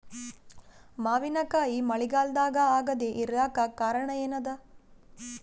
ಮಾವಿನಕಾಯಿ ಮಳಿಗಾಲದಾಗ ಆಗದೆ ಇರಲಾಕ ಕಾರಣ ಏನದ?